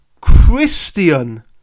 Christian